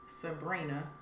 Sabrina